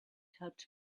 helped